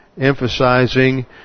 emphasizing